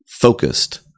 focused